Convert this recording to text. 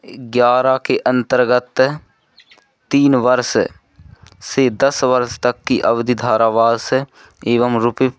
ग्यारह के अन्तर्गत तीन वर्ष से दस वर्ष तक की अवधि कारावास एवं रुपी